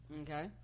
okay